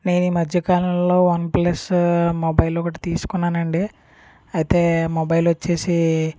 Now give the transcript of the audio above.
నేను ఈ మధ్యకాలంలో వన్ప్లస్ మొబైల్ ఒకటి తీసుకున్నానండి అయితే మొబైల్ వచ్చేసి